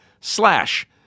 slash